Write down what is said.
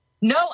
No